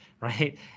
Right